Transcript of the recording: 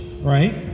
right